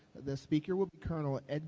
the speaker will be colonel ed.